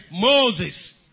Moses